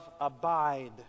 abide